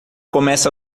começa